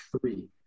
three